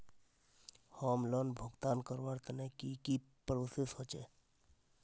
Home loan भुगतान करवार तने की की प्रोसेस होचे?